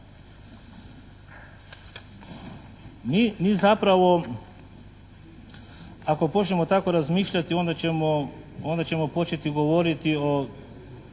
Mi zapravo ako počnemo tako razmišljati onda ćemo početi govoriti o